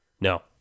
No